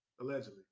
Allegedly